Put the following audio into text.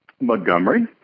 Montgomery